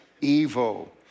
evil